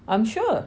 I'm sure